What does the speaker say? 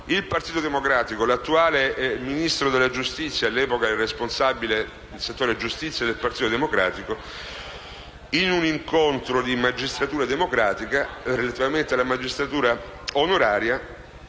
del Partito Democratico esposto dall'attuale Ministro della giustizia, che all'epoca era il responsabile del settore giustizia del Partito Democratico, in un incontro di Magistratura democratica, relativamente alla magistratura onoraria